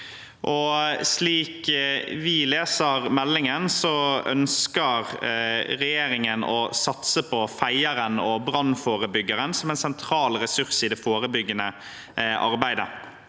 Slik vi leser meldingen, ønsker regjeringen å satse på feieren og brannforebyggeren som en sentral ressurs i det forebyggende arbeidet.